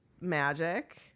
magic